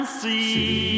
see